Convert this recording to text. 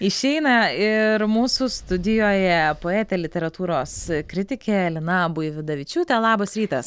išeina ir mūsų studijoje poetė literatūros kritikė lina buividavičiūtė labas rytas